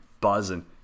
Buzzing